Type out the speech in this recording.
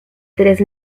tres